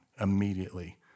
Immediately